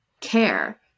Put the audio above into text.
care